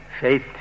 faith